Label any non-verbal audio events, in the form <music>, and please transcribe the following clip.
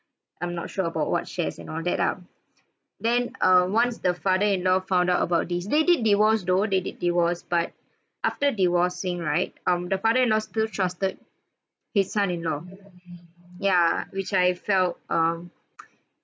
I'm not sure about what shares and all that lah then err once the father in law found out about these they did divorce though they did divorce but after divorcing right um the father in law still trusted his son in law ya which I felt um <noise>